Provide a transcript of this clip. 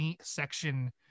section